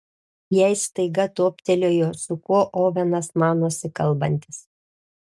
jai staiga toptelėjo su kuo ovenas manosi kalbantis